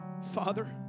Father